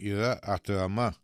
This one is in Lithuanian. yra atrama